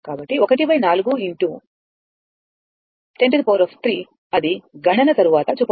కాబట్టి 14x 103 అది గణన తరువాత చూపబడుతుంది